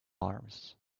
arms